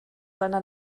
seiner